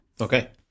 okay